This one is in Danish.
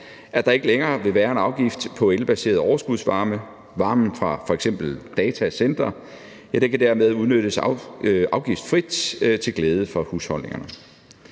at der ikke længere vil være en afgift på elbaseret overskudsvarme. Varmen fra f.eks. datacentre kan derved udnyttes afgiftsfrit til glæde for husholdningerne.